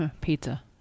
Pizza